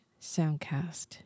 Soundcast